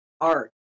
art